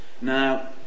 Now